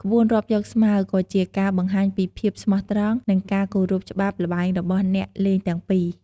ក្បួនរាប់យកស្មើក៏ជាការបង្ហាញពីភាពស្មោះត្រង់ និងការគោរពច្បាប់ល្បែងរបស់អ្នកលេងទាំងពីរ។